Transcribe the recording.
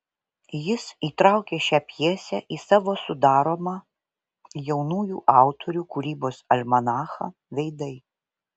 jis įtraukė šią pjesę į savo sudaromą jaunųjų autorių kūrybos almanachą veidai